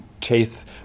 chase